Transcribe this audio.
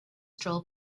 troll